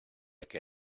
que